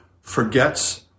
forgets